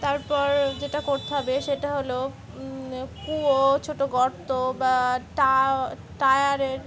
তারপর যেটা করতে হবে সেটা হলো কুয়ো ছোটো গর্ত বা টায়ারের